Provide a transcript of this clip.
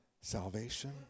salvation